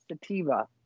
Sativa